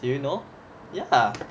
did you know ya